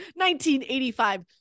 1985